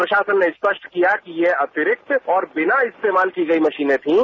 प्रशासन ने स्पष्ट किया कि ये अतिरिक्त और विना इस्तेमाल की गई मशीने थीं